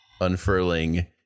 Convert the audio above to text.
unfurling